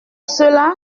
cela